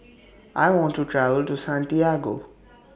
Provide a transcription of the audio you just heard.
I want to travel to Santiago